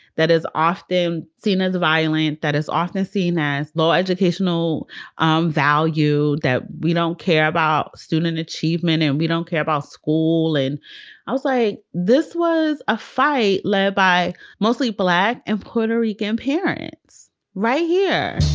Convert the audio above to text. that is often seen as violent, that is often seen as low educational um value, that we don't care about student achievement, and we don't care about school. and i was like, this was a fight led by mostly black and puerto rican parents right here